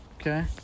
Okay